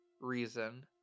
reason